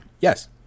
Yes